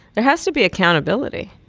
there has to be accountability.